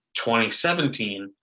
2017